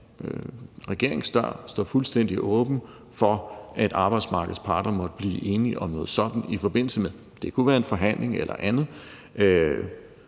regeringens dør står fuldstændig åben for, at arbejdsmarkedets parter måtte blive enige om noget sådant i forbindelse med en forhandling eller andet,